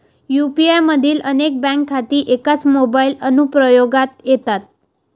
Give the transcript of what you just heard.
UPI मधील अनेक bank खाती एकाच मोबाइल अनुप्रयोगात येतात